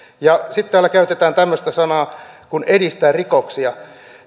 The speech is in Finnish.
ja sitten täällä käytetään tämmöisiä sanoja kuin edistää rikoksia